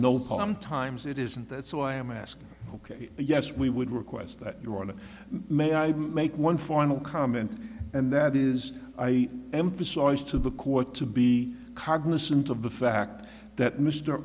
no home times it isn't that so i am asking ok yes we would request that your may i make one final comment and that is i emphasized to the court to be cognizant of the fact that mr